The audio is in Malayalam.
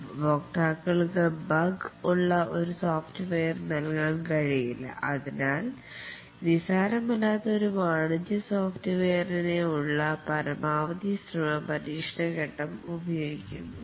ഉപയോക്താക്കൾക്ക് ബഗ് ഉള്ള ഒരു സോഫ്റ്റ്വെയർ നൽകാൻ കഴിയില്ല അതിനാൽ ലാൽ നിസ്സാരമല്ലാത്ത ഓരോ വാണിജ്യ സോഫ്റ്റ്വെയർഇൻ ഉള്ള പരമാവധി ശ്രമം പരീക്ഷണഘട്ടം ഉപയോഗിക്കുന്നു